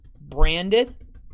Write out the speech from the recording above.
branded